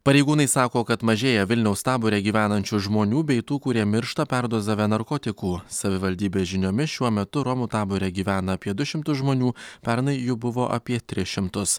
pareigūnai sako kad mažėja vilniaus tabore gyvenančių žmonių bei tų kurie miršta perdozavę narkotikų savivaldybės žiniomis šiuo metu romų tabore gyvena apie du šimtus žmonių pernai jų buvo apie tris šimtus